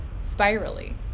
spirally